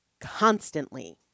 constantly